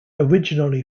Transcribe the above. originally